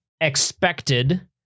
Expected